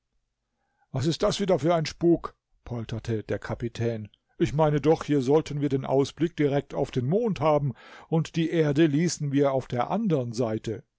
was ist das wieder für ein spuk polterte der kapitän ich meine doch hier sollten wir den ausblick direkt auf den mond haben und die erde ließen wir auf der andern seite